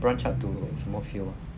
branch out to 什么 field